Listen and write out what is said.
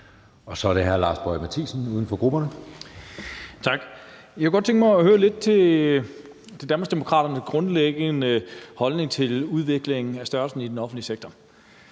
Kl. 14:10 Lars Boje Mathiesen (UFG): Tak. Jeg kunne godt tænke mig at høre lidt til Danmarksdemokraternes grundlæggende holdning til udviklingen i størrelsen af den offentlige sektor.